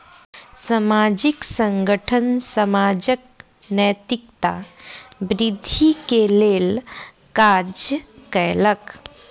सामाजिक संगठन समाजक नैतिकता वृद्धि के लेल काज कयलक